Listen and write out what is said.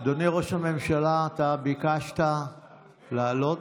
אדוני ראש הממשלה, אתה ביקשת לעלות?